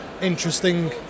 interesting